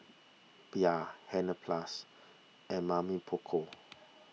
Bia Hansaplast and Mamy Poko